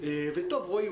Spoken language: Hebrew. רועי,